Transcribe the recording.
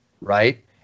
right